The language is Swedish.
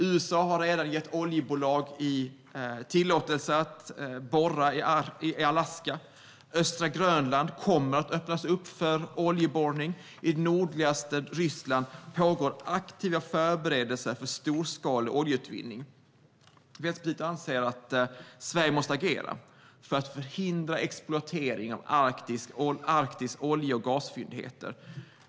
USA har redan gett oljebolag tillåtelse att borra i Alaska, östra Grönland kommer att öppnas upp för oljeborrning, och i nordligaste Ryssland pågår aktiva förberedelser för storskalig oljeutvinning. Vänsterpartiet anser att Sverige måste agera för att förhindra exploatering av Arktis olje och gasfyndigheter.